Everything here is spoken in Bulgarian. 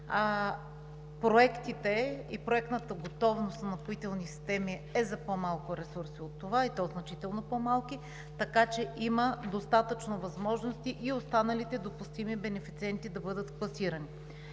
Проектите, проектната готовност на Напоителни системи е за по-малко ресурси от това, и то значително по-малки, така че има достатъчно възможности и останалите допустими бенефициенти да бъдат класирани.